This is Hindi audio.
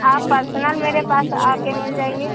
आप पर्सनल मेरे पास आ कर मिल जाइए